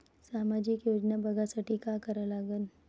सामाजिक योजना बघासाठी का करा लागन?